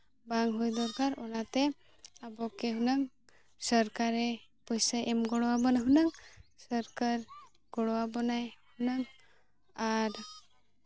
ᱵᱟᱝ ᱦᱩᱭ ᱫᱚᱨᱠᱟᱨ ᱚᱱᱟᱛᱮ ᱟᱵᱚᱠᱤ ᱦᱩᱱᱟᱹᱝ ᱥᱚᱨᱠᱟᱨ ᱯᱚᱭᱥᱟᱭ ᱮᱢ ᱜᱚᱲᱚ ᱟᱵᱚᱱᱟ ᱦᱩᱱᱟᱹᱝ ᱥᱚᱨᱠᱟᱨ ᱜᱚᱲᱚ ᱟᱵᱚᱱᱟᱭ ᱦᱩᱱᱟᱹᱝ ᱟᱨ